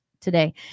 today